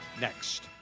next